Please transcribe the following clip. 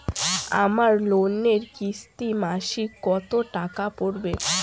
আমার লোনের কিস্তি মাসিক কত টাকা পড়বে?